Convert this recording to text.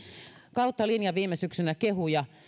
kautta linjan viime syksynä kehuja